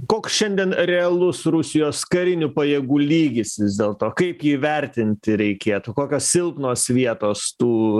koks šiandien realus rusijos karinių pajėgų lygis vis dėlto kaip jį vertinti reikėtų kokios silpnos vietos tų